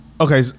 Okay